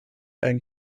and